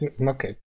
okay